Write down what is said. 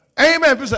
Amen